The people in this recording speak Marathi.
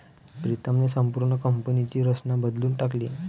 प्रीतमने संपूर्ण कंपनीची रचनाच बदलून टाकली